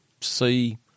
See